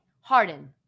Harden